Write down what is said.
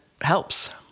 helps